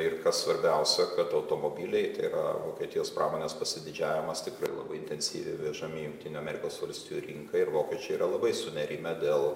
ir kas svarbiausia kad automobiliai yra vokietijos pramonės pasididžiavimas tikrai labai intensyviai vežami į jungtinių amerikos valstijų rinką ir vokiečiai yra labai sunerimę dėl